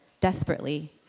desperately